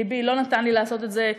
לבי לא נתן לי לעשות את זה,